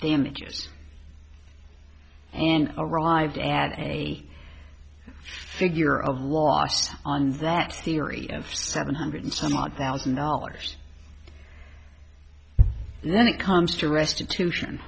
damages and arrived at a figure of loss on that theory of seven hundred some odd thousand dollars and then it comes to restitution